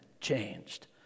changed